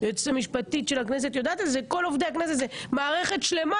והיועצת המשפטית של הכנסת יודעת שכל עובדי הכנסת הם מערכת שלמה,